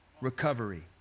recovery